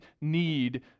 need